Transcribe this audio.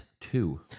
two